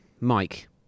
Mike